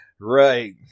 Right